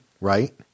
right